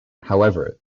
however